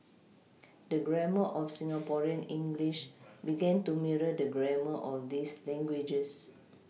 the grammar of Singaporean English began to mirror the grammar of these languages